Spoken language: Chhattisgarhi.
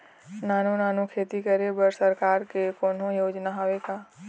नानू नानू खेती करे बर सरकार के कोन्हो योजना हावे का?